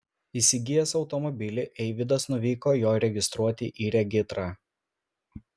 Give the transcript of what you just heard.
įsigijęs automobilį eivydas nuvyko jo registruoti į regitrą